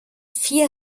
vier